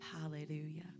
Hallelujah